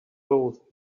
both